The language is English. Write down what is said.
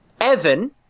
Evan